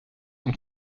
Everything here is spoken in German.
und